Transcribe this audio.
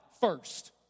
first